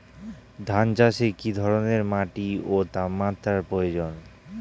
ধান চাষে কী ধরনের মাটি ও তাপমাত্রার প্রয়োজন?